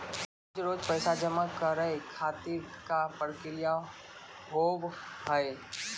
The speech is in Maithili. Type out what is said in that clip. रोज रोज पैसा जमा करे खातिर का प्रक्रिया होव हेय?